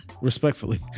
Respectfully